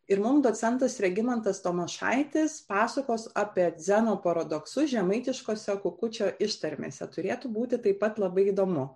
ir mums docentas regimantas tamošaitis pasakos apie dzeno paradoksus žemaitiškose kukučio ištarmėse turėtų būti taip pat labai įdomu